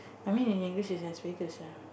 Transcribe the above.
I mean in English is esophagus lah